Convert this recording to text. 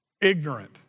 ignorant